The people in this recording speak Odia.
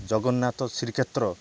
ଜଗନ୍ନାଥ ଶ୍ରୀକ୍ଷେତ୍ର